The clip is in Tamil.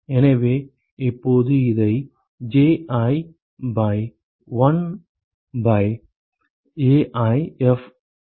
எனவே இப்போது இதை Ji பை 1 பை AiFij என மீண்டும் எழுதலாம்